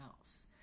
else